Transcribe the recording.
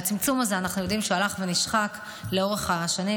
והצמצום הזה נשחק לאורך השנים,